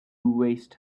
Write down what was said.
waste